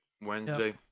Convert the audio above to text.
Wednesday